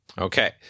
Okay